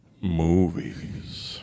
movies